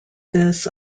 this